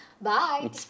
Bye